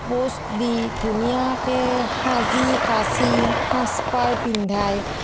pose দি ধুনীয়াকৈ সাজি কাচি সাজপাৰ পিন্ধাই